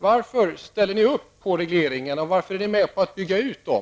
Varför ställer ni upp på regleringarna och varför är ni med på att bygga ut dem?